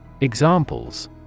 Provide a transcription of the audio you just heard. Examples